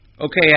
Okay